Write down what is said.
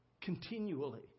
Continually